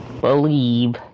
believe